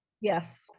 Yes